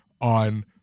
on